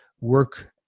work